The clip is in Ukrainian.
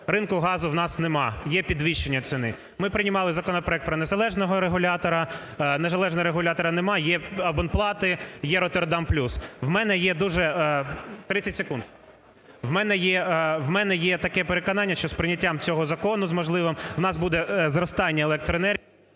Ринку газу в нас нема – є підвищення ціни. Ми приймали законопроект про незалежного регулятора. Незалежного регулятора нема – є абонплати, є "Роттердам плюс". У мене є дуже… 30 секунд. У мене є таке переконання, що з прийняттям цього закону, можливо, у нас буде зростання електроенергії…